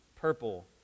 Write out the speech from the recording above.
purple